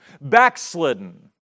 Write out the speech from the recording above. backslidden